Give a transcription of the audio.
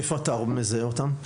איפה אתה מזהה אותם?